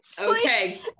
Okay